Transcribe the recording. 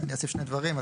אני אוסיף שני דברים.